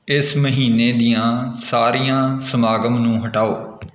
ਇਸ ਮਹੀਨੇ ਦੀਆਂ ਸਾਰੀਆਂ ਸਮਾਗਮ ਨੂੰ ਹਟਾਓ